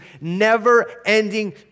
never-ending